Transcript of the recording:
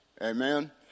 Amen